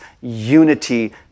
unity